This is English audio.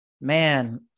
Man